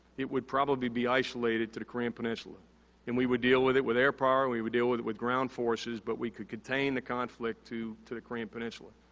it would probably be isolated to the korean peninsula and we would deal with it with air power and we would deal with it with ground forces but we could contain the conflict to to the korean peninsula.